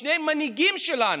שני המנהיגים שלנו,